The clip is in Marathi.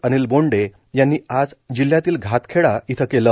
अनिल बोंडे यांनी आज जिल्हयातील घातखेडा इथं केलं